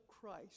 Christ